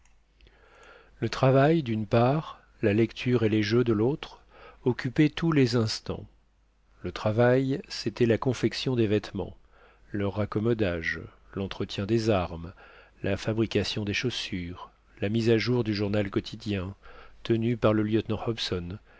le travail d'une part la lecture et les jeux de l'autre occupaient tous les instants le travail c'était la confection des vêtements leur raccommodage l'entretien des armes la fabrication des chaussures la mise à jour du journal quotidien tenu par le lieutenant hobson